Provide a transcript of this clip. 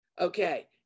Okay